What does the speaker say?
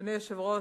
אדוני היושב-ראש,